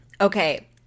Okay